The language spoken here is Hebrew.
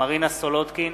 מרינה סולודקין,